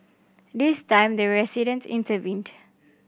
this time the resident intervened